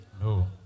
No